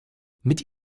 mit